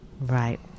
Right